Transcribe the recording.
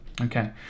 Okay